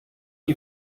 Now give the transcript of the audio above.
you